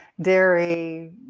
dairy